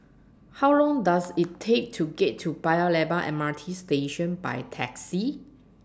How Long Does IT Take to get to Paya Lebar M R T Station By Taxi